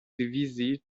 dywizji